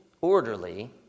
orderly